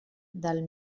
del